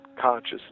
conscious